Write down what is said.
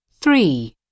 Three